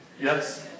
Yes